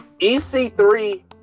EC3